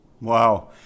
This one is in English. Wow